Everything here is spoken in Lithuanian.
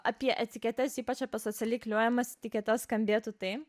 apie etiketes ypač apie socialiai klijuojamas etiketes skambėtų taip